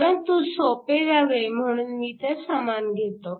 परंतु सोपे जावे म्हणून मी त्या समान घेतो